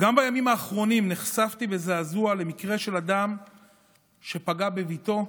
גם בימים האחרונים נחשפתי בזעזוע למקרה של אדם שפגע בבתו.